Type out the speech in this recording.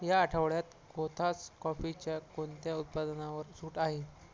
या आठवड्यात कोथास कॉफीच्या कोणत्या उत्पादनावर सूट आहे